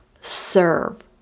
serve